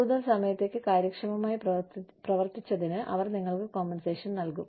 കൂടുതൽ സമയത്തേക്ക് കാര്യക്ഷമമായി പ്രവർത്തിച്ചതിന് അവർ നിങ്ങൾക്ക് കോമ്പൻസേഷൻ നൽകും